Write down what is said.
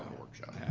um workshop. yeah